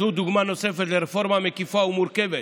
זו דוגמה נוספת לרפורמה מקיפה ומורכבת